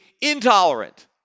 intolerant